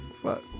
Fuck